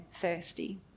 thirsty